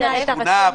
באותה שכונה?